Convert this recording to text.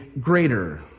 greater